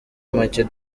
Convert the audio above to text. make